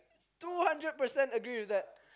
two hundred percent agree with that